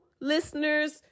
listeners